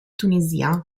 tunisia